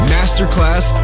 Masterclass